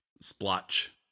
splotch